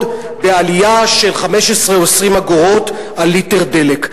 בעלייה של 15 או 20 אגורות על ליטר דלק.